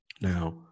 Now